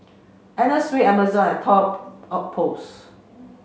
Anna Sui Amazon and Toy Outpost